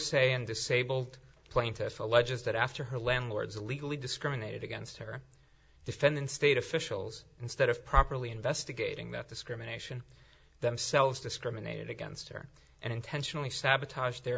se and disabled plaintiff alleges that after her landlords illegally discriminated against her defendant state officials instead of properly investigating that discrimination themselves discriminated against her and intentionally sabotage their